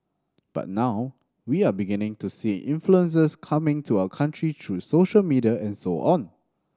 but now we are beginning to see influences coming to our country through social media and so on